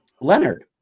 Leonard